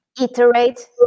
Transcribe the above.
iterate